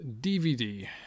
DVD